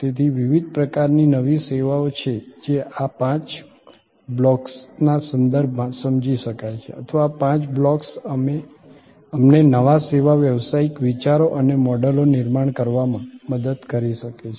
તેથી વિવિધ પ્રકારની નવી સેવાઓ છે જે આ પાંચ બ્લોકના સંદર્ભમાં સમજી શકાય છે અથવા આ પાંચ બ્લોક્સ અમને નવા સેવા વ્યવસાયિક વિચારો અને મોડેલો નિર્માણ કરવામાં મદદ કરી શકે છે